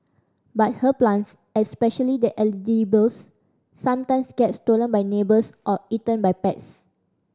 but her plants especially the edibles sometimes get stolen by neighbours or eaten by pests